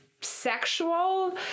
sexual